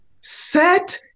set